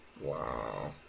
Wow